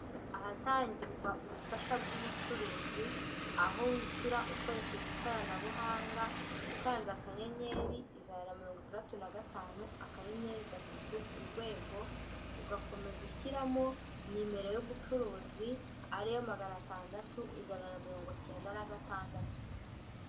Ahatangirwa ubufasha bw'ubucuruzi, aho wishyura ukoresheje ikoranabuhanga, ukanze akanyenyeri ijana na mirongo itandatu na gatanu, akanyenyeri gatatu urwego, ugakomeza ushyiramo nimero y'umucuruzi ari yo magana atandatu ijana na mirongo icyenda na gatandatu.